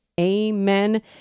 Amen